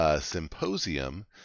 Symposium